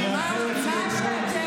אתם כל היום מסיתים.